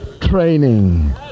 training